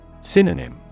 Synonym